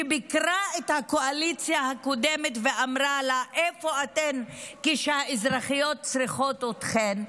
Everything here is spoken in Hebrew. שביקרה את הקואליציה הקודמת ואמרה לה: איפה אתם כשהאזרחיות צריכות אתכם?